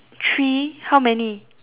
three how many